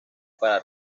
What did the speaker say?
para